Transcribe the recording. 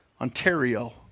Ontario